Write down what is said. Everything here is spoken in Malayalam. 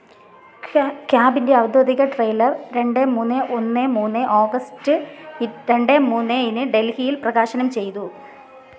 ക്യാ ക്യാബിൻ്റെ ഔദ്യോഗിക ട്രെയിലർ രണ്ട് മൂന്ന് ഒന്ന് മൂന്ന് ഓഗസ്റ്റ് ഇ രണ്ട് മൂന്നിന് ഡൽഹിയിൽ പ്രകാശനം ചെയ്തു